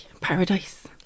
paradise